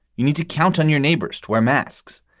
you need to count on your neighbors to wear masks,